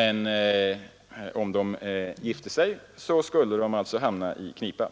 annan. Men den som gifter sig kan alltså hamna i knipa.